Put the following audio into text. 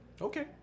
Okay